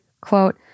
quote